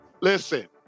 Listen